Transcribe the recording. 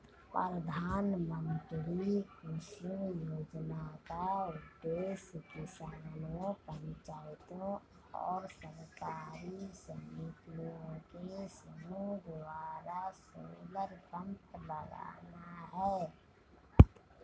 प्रधानमंत्री कुसुम योजना का उद्देश्य किसानों पंचायतों और सरकारी समितियों के समूह द्वारा सोलर पंप लगाना है